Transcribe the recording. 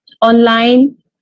online